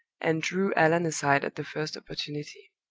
and drew allan aside at the first opportunity.